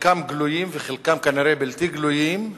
חלקם גלויים וחלקם כנראה בלתי גלויים,